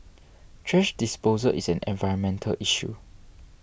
thrash disposal is an environmental issue